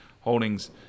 holdings